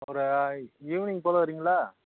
ஒரு ஈவினிங் போல் வரீங்களா